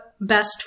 best